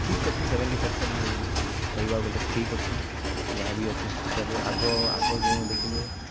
ଠିକ ଅଛି seventy percent କହିବାକୁ ଗଲେ ଠିକ ଅଛି ଯାହାବି ଅଛି ହସ୍ପିଟାଲରେ ଆଗ ଆଗ ଯେଉଁ ଦେଖିଲେ